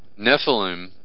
Nephilim